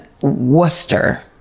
Worcester